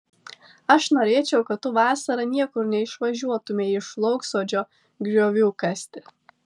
aš norėčiau kad tu vasarą niekur neišvažiuotumei iš lauksodžio griovių kasti